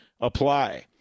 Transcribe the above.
apply